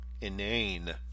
inane